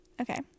okay